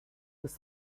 was